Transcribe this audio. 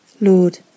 Lord